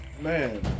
man